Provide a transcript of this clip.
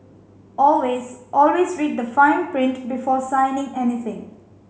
always always read the fine print before signing anything